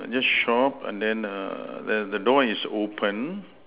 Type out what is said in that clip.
uh this shop and then err the the door is open